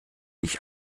ich